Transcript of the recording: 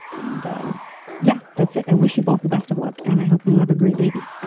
and yeah, that's it i wish you both the best of luck and i hope you have a great baby